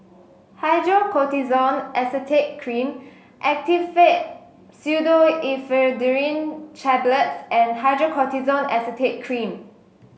Hydrocortisone Acetate Cream Actifed Pseudoephedrine Tablets and Hydrocortisone Acetate Cream